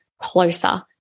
closer